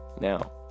now